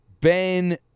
Ben